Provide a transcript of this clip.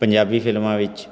ਪੰਜਾਬੀ ਫਿਲਮਾਂ ਵਿੱਚ